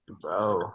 Bro